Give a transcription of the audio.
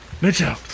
Mitchell